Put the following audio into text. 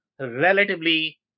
relatively